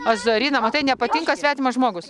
azorina matai nepatinka svetimas žmogus